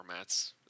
formats